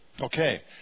Okay